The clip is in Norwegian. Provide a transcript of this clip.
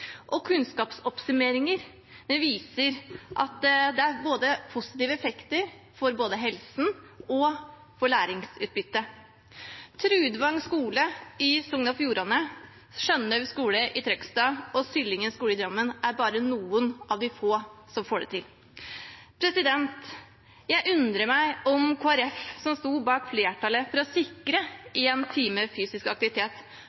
og kunnskapsoppsummeringer viser at det er positive effekter for både helsen og læringsutbyttet. Trudvang skule i Sogn og Fjordane, Skjønhaug skole i Trøgstad og Sylling skole i Drammen er bare noen få av dem som får det til. Jeg undrer meg om Kristelig Folkeparti, som sto bak flertallet for å sikre én time fysisk aktivitet,